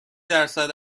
درصد